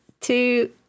two